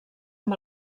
amb